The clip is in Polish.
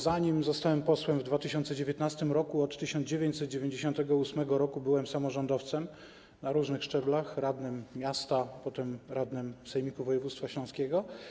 Zanim zostałem posłem w 2019 r., od 1998 r. byłem samorządowcem na różnych szczeblach: radnym miasta, potem radnym Sejmiku Województwa Śląskiego.